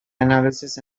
analysis